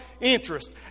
interest